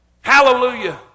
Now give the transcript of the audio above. Hallelujah